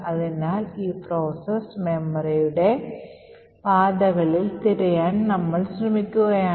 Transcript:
അതിനാൽ ഈ പ്രോസസ് മെമ്മറിയുടെ വിവിധ പാതകളിൽ തിരയാൻ നമ്മൾ ശ്രമിക്കുകയാണ്